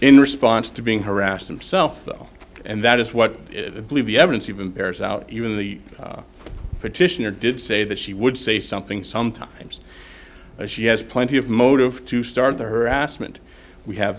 in response to being harassed themself though and that is what it believe the evidence even bears out even the petitioner did say that she would say something sometimes she has plenty of motive to start the harassment we have